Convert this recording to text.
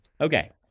Okay